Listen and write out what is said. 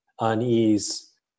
unease